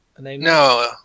No